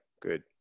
good